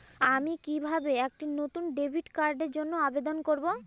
আমি কিভাবে একটি নতুন ডেবিট কার্ডের জন্য আবেদন করব?